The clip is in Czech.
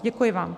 Děkuji vám.